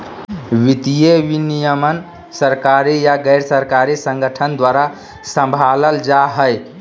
वित्तीय विनियमन सरकारी या गैर सरकारी संगठन द्वारा सम्भालल जा हय